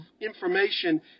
information